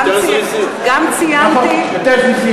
גם ציינתי, אנחנו יותר זריזים.